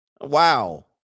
Wow